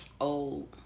old